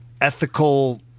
ethical